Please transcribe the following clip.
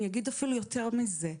אני אגיד אפילו יותר מזה.